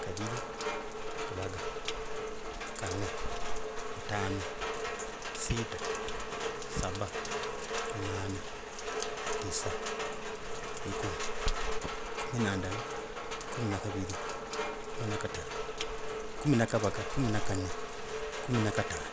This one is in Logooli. Kaviri, gavaga, ganne, gatano, sita, saba, munane, tisa, likumi, kumi na ndala, kumi na kaviri, kumi na gavage, kumi na ganne, kumi na gatano,